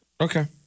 Okay